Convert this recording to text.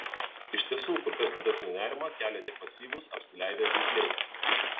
iš tiesų kur kas didesnį nerimą kelia tie pasyvūs apsileidę zyzliai